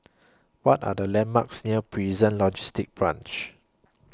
What Are The landmarks near Prison Logistic Branch